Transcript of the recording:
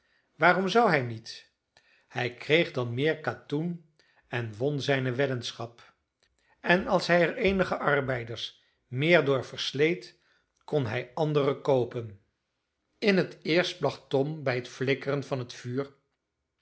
waarom zou hij niet hij kreeg dan meer katoen en won zijne weddenschap en als hij er eenige arbeiders meer door versleet kon hij andere koopen in het eerst placht tom bij het flikkeren van het vuur